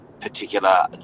particular